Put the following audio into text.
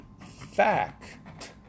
fact